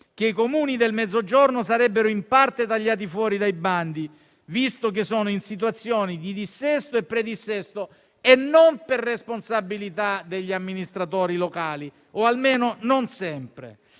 che i Comuni del Mezzogiorno sarebbero in parte tagliati fuori dai bandi, visto che sono in situazioni di dissesto e pre-dissesto, e non per responsabilità degli amministratori locali, o almeno non sempre.